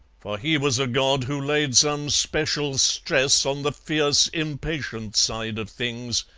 for he was a god who laid some special stress on the fierce impatient side of things,